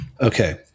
okay